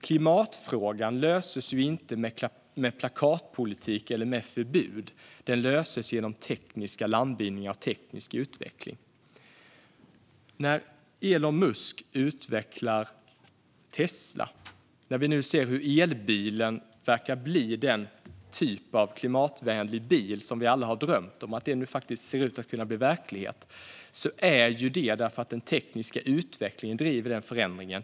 Klimatfrågan löses inte med plakatpolitik eller förbud. Den löses genom tekniska landvinningar och teknisk utveckling. När Elon Musk utvecklar Tesla, när vi nu ser hur elbilen verkar bli den typ av klimatvänlig bil vi alla har drömt om och att det ser ut att kunna bli verklighet, är det för att den tekniska utvecklingen driver den förändringen.